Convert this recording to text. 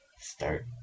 start